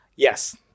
Yes